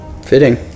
Fitting